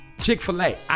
Chick-fil-A